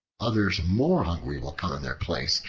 others more hungry will come in their place,